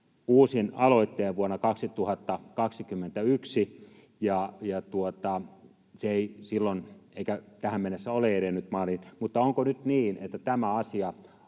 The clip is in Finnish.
Uusin aloitteen vuonna 2021, ja se ei silloin eikä tähän mennessä ole edennyt maaliin. Mutta onko nyt niin, että tämä asia